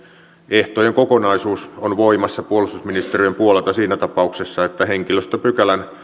ehtojen kokonaisuus on voimassa puolustusministeriön puolelta siinä tapauksessa että henkilöstöpykälän